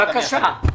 בבקשה,